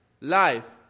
life